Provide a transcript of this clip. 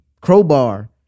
crowbar